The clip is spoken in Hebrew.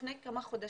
לפני כמה חודשים,